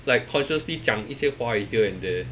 like consciously 讲一些华语 here and there